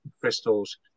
crystals